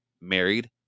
married